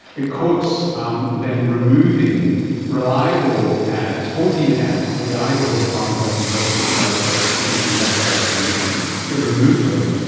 it quotes um them removing reliable ads, fourteen ads that the idaho department of health and welfare put out about free paediatric vaccinations, it removed them,